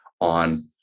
on